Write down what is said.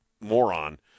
moron